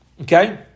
Okay